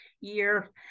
year